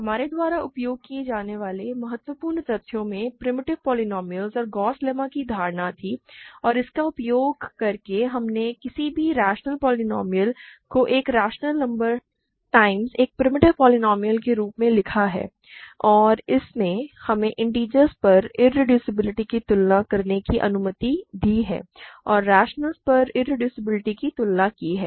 हमारे द्वारा उपयोग किए जाने वाले महत्वपूर्ण तथ्यों में प्रिमिटिव पोलीनोमिअलस और गॉस लेम्मा की धारणाएँ थीं और इसका उपयोग करके हमने किसी भी रैशनल पोलीनोमिअल को एक रैशनल नंबर टाइम्स एक प्रिमिटिव पोलीनोमिअल के रूप में लिखा है और इसने हमें इंटिजर्स पर इरेड्यूसबिलिटी की तुलना करने की अनुमति दी है और रैशनल्स पर इरेड्यूसबिलिटी की तुलना की है